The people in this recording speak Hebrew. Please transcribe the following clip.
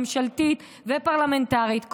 ממשלתית או פרלמנטרית,